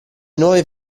nuove